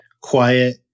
quiet